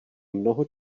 mnoho